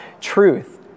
truth